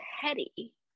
petty